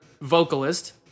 vocalist